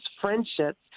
friendships